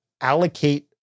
allocate